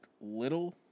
Little